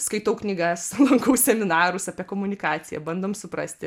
skaitau knygas lankau seminarus apie komunikaciją bandom suprasti